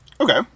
Okay